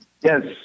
Yes